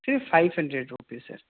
صرف five hundred روپیے سر